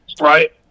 Right